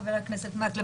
חבר הכנסת מקלב,